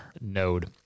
node